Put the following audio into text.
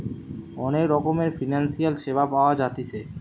অনেক রকমের ফিনান্সিয়াল সেবা পাওয়া জাতিছে